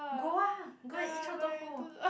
go ah go and eat 臭豆腐